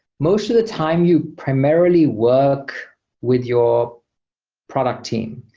most of the time you primarily work with your product team,